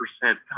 percent